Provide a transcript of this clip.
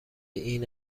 این